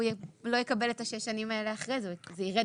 אין בקבלת סיוע לפי סעיף זה כדי לגרוע